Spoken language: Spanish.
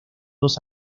dos